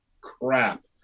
crap